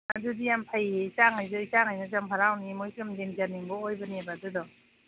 ꯑꯗꯨꯗꯤ ꯌꯥꯝ ꯐꯩꯌꯦ ꯏꯆꯥꯈꯩꯁꯨ ꯏꯆꯥꯈꯩꯅꯁꯨ ꯌꯥꯝ ꯍꯔꯥꯎꯅꯤ ꯃꯣꯏꯁꯨ ꯌꯥꯝ ꯌꯦꯡꯖꯅꯤꯡꯕ ꯑꯣꯏꯕꯅꯦꯕ ꯑꯗꯨꯗꯣ